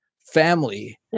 family